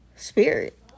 spirit